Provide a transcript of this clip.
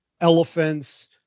elephants